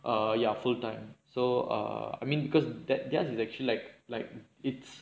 err ya full time so err I mean because that just is actually like like it's